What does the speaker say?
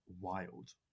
wild